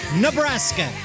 Nebraska